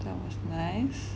that was nice